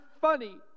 funny